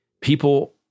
people